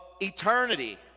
eternity